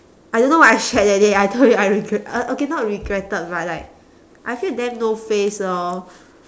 I don't know what I shared that day I told you I regre~ uh okay not regretted but like I feel damn no face lor